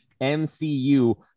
MCU